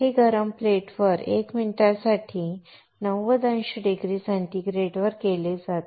हे गरम प्लेटवर 1 मिनिटासाठी 90 अंश सेंटीग्रेडवर केले जाते